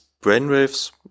brainwaves